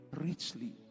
richly